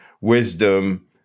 wisdom